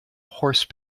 horse